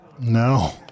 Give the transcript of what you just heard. no